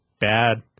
bad